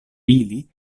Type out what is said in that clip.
ili